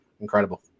Incredible